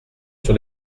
sur